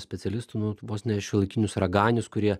specialistų nu vos ne šiuolaikinius raganius kurie